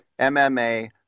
MMA